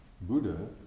Buddha